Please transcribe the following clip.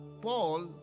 Paul